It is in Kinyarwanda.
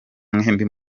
mwembi